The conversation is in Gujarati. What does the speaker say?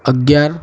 અગિયાર